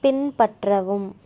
பின்பற்றவும்